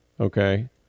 okay